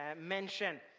mention